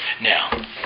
Now